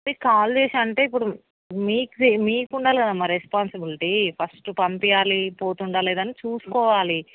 మీకు కాల్ చేసి అంటే మీకు తె మీకు ఉండాలి కదమ్మా రెస్పాన్సిబిలిటీ ఫస్ట్ పంపీయాలి పోతున్నాడా లేదా అనేది చూసుకోవాలి